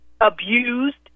abused